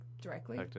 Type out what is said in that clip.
directly